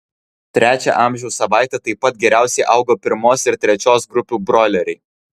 trečią amžiaus savaitę taip pat geriausiai augo pirmos ir trečios grupių broileriai